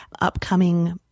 upcoming